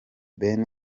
ben